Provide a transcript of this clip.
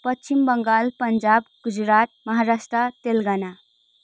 Paschim Bangal Punjab Gujarat Maharashtra Telangana